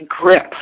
grip